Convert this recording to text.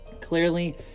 Clearly